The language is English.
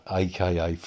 aka